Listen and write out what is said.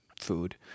food